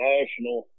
National